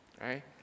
right